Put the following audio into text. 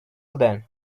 then